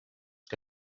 que